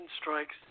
strikes